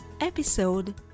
Episode